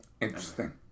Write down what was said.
Interesting